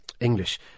English